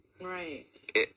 right